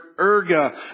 erga